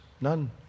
None